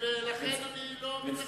ולכן אני לא,